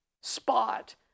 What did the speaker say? spot